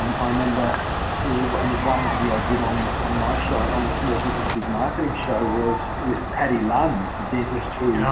um um and but and it one interview i did on on my show, on the small business big marketing show, was with patti lan, and the dentist to,